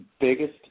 biggest